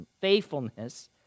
faithfulness